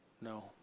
No